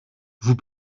vous